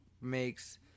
makes